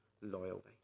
loyalty